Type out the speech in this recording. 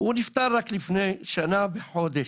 הוא נפטר רק לפני שנה וחודש,